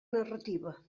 narrativa